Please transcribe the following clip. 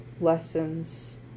lessons